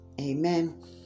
Amen